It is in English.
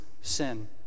sin